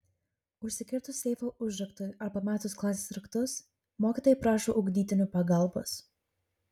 užsikirtus seifo užraktui ar pametus klasės raktus mokytojai prašo ugdytinių pagalbos